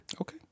Okay